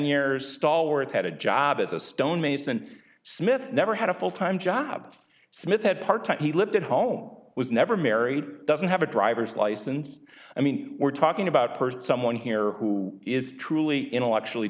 years stallworth had a job as a stonemason smith never had a full time job smith had part time he lived at home was never married doesn't have a driver's license i mean we're talking about person someone here who is truly intellectually